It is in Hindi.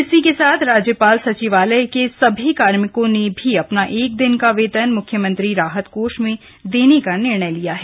इसी के साथ राज्यपाल सचिवालय के सभी कार्मिकों ने भी अपना एक दिन का वेतन मुख्यमंत्री राहत कोष में देने का निर्णय लिया है